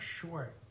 short